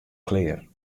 klear